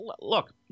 look